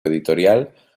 editorial